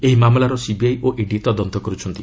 ଏହି ମାମଲାର ସିବିଆଇ ଓ ଇଡି ତଦନ୍ତ କରୁଛନ୍ତି